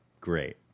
great